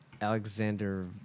Alexander